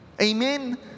Amen